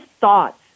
thoughts